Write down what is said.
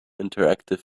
interactive